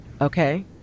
Okay